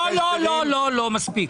לא, לא, לא, מספיק.